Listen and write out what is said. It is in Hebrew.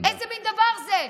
איזה מין דבר זה?